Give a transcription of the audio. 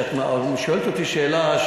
כשאת שואלת אותי שאלה,